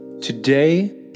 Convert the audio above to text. Today